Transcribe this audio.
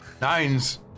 Nines